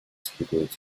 испытывает